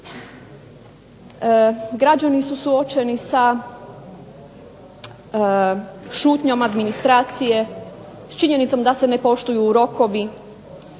Građani su suočeni sa šutnjom administracije, s činjenicom da se ne poštuju rokovi,